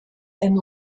and